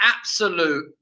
absolute